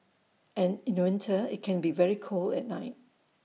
and in winter IT can be very cold at night